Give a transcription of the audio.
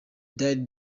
died